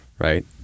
right